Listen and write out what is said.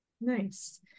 Nice